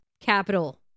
capital